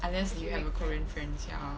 unless you have a korean friends ya